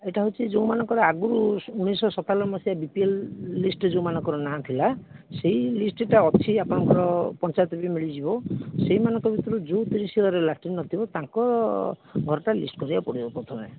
ଏଇଟା ହେଉଛି ଯେଉଁ ମାନଙ୍କର ଆଗରୁ ଉଣେଇଶହସତାନନବେ ମସିହାରେ ବିପିଏଲ ଲିଷ୍ଟରେ ଯେଉଁମାନଙ୍କର ନାଁ ଥିଲା ସେଇ ଲିଷ୍ଟଟା ଅଛି ଆପଣଙ୍କର ବି ପଞ୍ଚାୟତରେ ମିଳିଯିବ ସେଇମାନଙ୍କ ଭିତରୁ ଯେଉଁ ତିରିଶ ଘର ଲାଟିନ୍ ନଥିବା ତାଙ୍କ ଘରଟା ଲିଷ୍ଟ କରିବାକୁ ପଡ଼ିବ ପ୍ରଥମେ